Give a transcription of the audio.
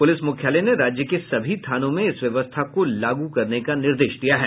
police मुख्यालय ने राज्य के सभी थानों में इस व्यवस्था को लागू करने का निर्देश दिया है